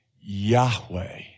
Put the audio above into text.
Yahweh